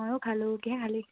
ময়ো খালোঁ কিহেৰে খালি